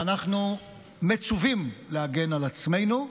ואנחנו מצווים להגן על עצמנו.